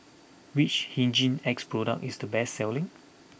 which Hygin X product is the best selling